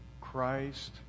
Christ